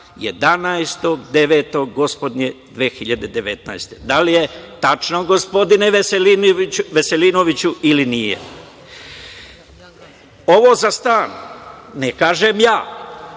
godine. Da li je tačno, gospodine Veselinoviću, ili nije? Ovo za stan ne kažem ja,